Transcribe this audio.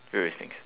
various things